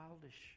childish